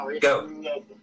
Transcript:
go